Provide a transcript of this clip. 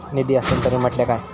निधी हस्तांतरण म्हटल्या काय?